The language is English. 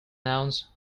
nouns